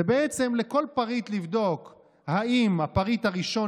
זה בעצם לכל פריט לבדוק אם הפריט הראשון